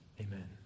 Amen